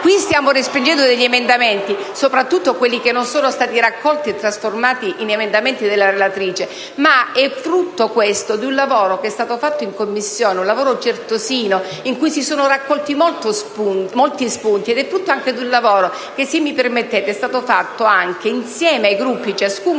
qui stiamo respingendo soprattutto gli emendamenti che non sono stati raccolti e trasformati in emendamenti della relatrice, ma questo è frutto di un lavoro che è stato fatto in Commissione, un lavoro certosino, in cui si sono raccolti molti spunti, ed è frutto anche di un lavoro che, se mi permettete, è stato fatto anche insieme ai Gruppi, tutti,